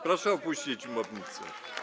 Proszę opuścić mównicę.